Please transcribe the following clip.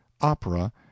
Opera